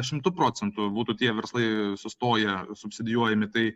šimtu procentų būtų tie verslai sustoję subsidijuojami tai